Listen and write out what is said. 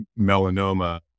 melanoma